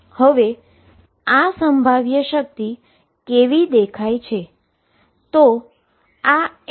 હવે આ પોટેંશિઅલ કેવી દેખાય છે